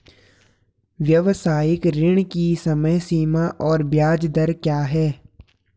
व्यावसायिक ऋण की समय सीमा और ब्याज दर क्या है?